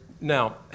now